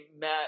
met